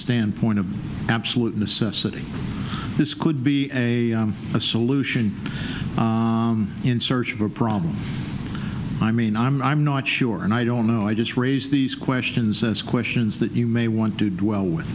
standpoint of absolute necessity this could be a solution in search of a problem i mean i'm not i'm not sure and i don't know i just raise these questions as questions that you may want to dwell with